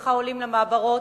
שלחה עולים למעברות,